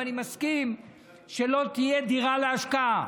אני מסכים שלא תהיה דירה להשקעה,